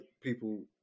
people